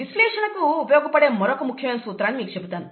విశ్లేషణ కు ఉపయోగపడే మరొక ముఖ్యమైన సూత్రాన్ని మీకు చెబుతాను